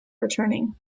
returning